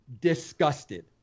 disgusted